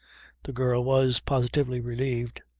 the girl was positively relieved.